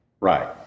right